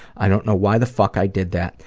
i don't know why the fuck i did that.